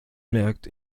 merkt